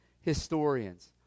historians